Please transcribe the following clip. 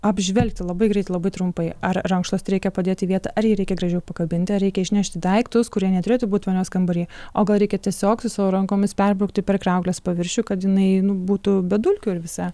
apžvelgti labai greit labai trumpai ar rankšluostį reikia padėt į vietą ar jį reikia gražių pakabinti ar reikia išnešti daiktus kurie neturėtų būt vonios kambarį o gal reikia tiesiog su savo rankomis perbraukti per kriauklės paviršių kad jinai nu būtų be dulkių ir visa